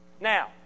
Now